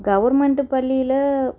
government பள்ளியில